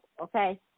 okay